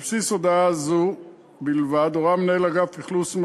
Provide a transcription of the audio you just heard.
על בסיס הודעה זו בלבד הורה מנהל אגף אכלוס,